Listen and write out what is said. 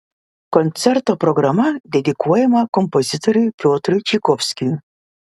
koncerto programa dedikuojama kompozitoriui piotrui čaikovskiui